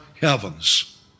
heavens